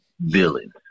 villains